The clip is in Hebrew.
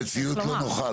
המציאות לא נוחה.